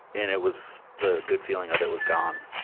and it was, the good feeling of it was gone.